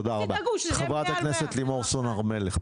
אז תדאגו שזה יהיה מעל --- חברת הכנסת לימור סון הר מלך,